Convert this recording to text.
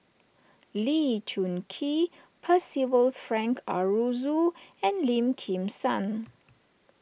Lee Choon Kee Percival Frank Aroozoo and Lim Kim San